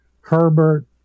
Herbert